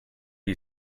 you